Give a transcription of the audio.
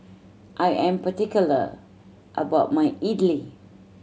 I am particular about my idly